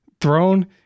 throne